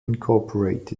inc